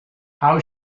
how